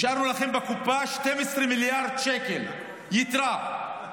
השארנו לכם בקופה 12 מיליארד שקל, יתרה.